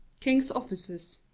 king's officers